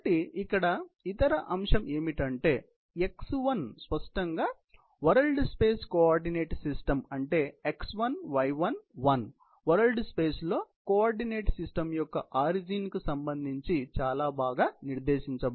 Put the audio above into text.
కాబట్టి ఇక్కడ ఇతర అంశం ఏంటంటే x1 స్పష్టంగా వరల్డ్ స్పేస్ లో కోఆర్డినేట్ సిస్టమ్ అంటే x1 y1 1 వరల్డ్ స్పేస్ లో కోఆర్డినేట్ సిస్టమ్ యొక్క ఆరిజిన్ కి సంబంధించి చాలా బాగా నిర్దేశించబడుతుంది